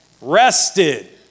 Rested